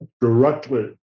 directly